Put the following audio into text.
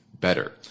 Better